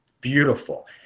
Beautiful